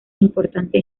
importante